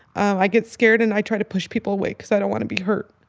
i get scared and i try to push people away cause i don't want to be hurt.